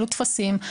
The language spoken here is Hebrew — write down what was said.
העלו טפסים,